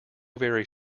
very